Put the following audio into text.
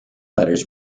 letters